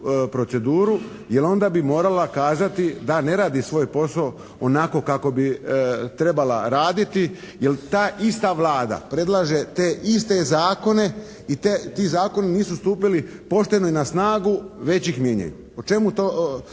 proceduru, jer onda bi morala kazati da ne radi svoj posao onako kako bi trebala raditi, jer ta ista Vlada predlaže te iste zakone i ti zakoni nisu stupili pošteno i na snagu, već ih mijenjaju. Što to